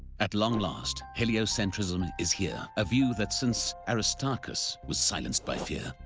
at long last, heliocentrism is here, a view that, since aristarchus, was silenced by fear.